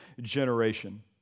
generation